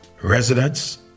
residents